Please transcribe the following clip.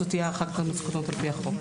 זאת תהיה הערכת מסוכנות על פי החוק.